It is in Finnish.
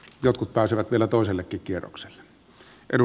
jotkut pääsevät vielä toisellekin kierrokselle